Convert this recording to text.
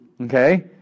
Okay